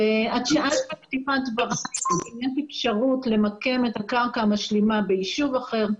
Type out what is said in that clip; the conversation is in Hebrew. את שאלת אם יש אפשרות למקם את הקרקע המשלימה ביישוב אחר.